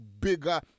bigger